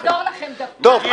אנחנו נעזור לכם, דפנה.